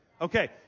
okay